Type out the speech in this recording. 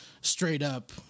straight-up